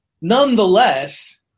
nonetheless